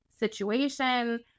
situation